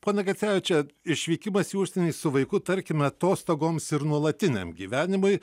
pone geceviče išvykimas į užsienį su vaiku tarkime atostogoms ir nuolatiniam gyvenimui